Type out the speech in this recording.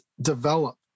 develop